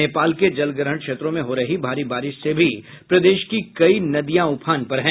नेपाल के जलग्रहण क्षेत्रों में हो रही भारी बारिश से भी प्रदेश की कई नदियां उफान पर हैं